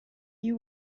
you